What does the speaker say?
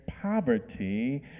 poverty